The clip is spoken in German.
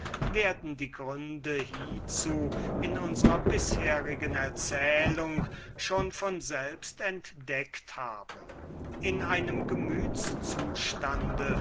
werden die gründe hierzu in unsrer bisherigen erzählung schon von selbsten entdeckt haben in einem gemüts-zustande